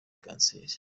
kanseri